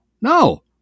No